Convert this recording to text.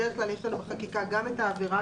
בדרך כלל יש לנו בחקיקה גם את העבירה,